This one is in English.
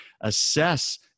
Assess